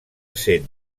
sent